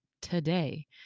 today